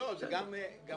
אתה